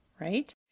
Right